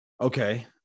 Okay